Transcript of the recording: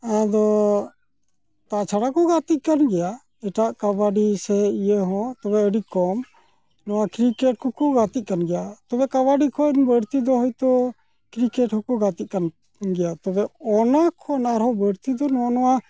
ᱟᱫᱚ ᱛᱟᱪᱷᱟᱲᱟᱠᱚ ᱜᱟᱛᱮᱜᱠᱟᱱ ᱜᱮᱭᱟ ᱮᱴᱟᱜ ᱠᱟᱵᱟᱰᱤ ᱥᱮ ᱤᱭᱟᱹᱦᱚᱸ ᱛᱚᱵᱮ ᱟᱹᱰᱤᱠᱚᱢ ᱱᱚᱣᱟ ᱠᱨᱤᱠᱮᱴ ᱠᱚᱠᱚ ᱜᱟᱛᱮᱜ ᱠᱟᱱ ᱜᱮᱭᱟ ᱛᱚᱵᱮ ᱠᱟᱵᱟᱰᱤ ᱠᱷᱚᱱ ᱵᱟᱹᱲᱛᱤᱫᱚ ᱦᱚᱭᱛᱳ ᱠᱨᱤᱠᱮᱴ ᱦᱚᱸᱠᱚ ᱜᱟᱛᱮᱜ ᱠᱟᱱ ᱜᱮᱭᱟ ᱛᱚᱵᱮ ᱚᱱᱟᱠᱷᱚᱱ ᱟᱨᱦᱚᱸ ᱵᱟᱹᱲᱛᱤᱫᱚ ᱱᱚᱜᱼᱚ ᱱᱚᱣᱟ